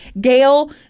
Gail